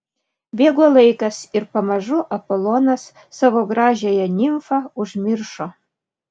bėgo laikas ir pamažu apolonas savo gražiąją nimfą užmiršo